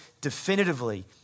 definitively